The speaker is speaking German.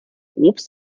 obst